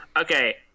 Okay